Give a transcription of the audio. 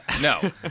no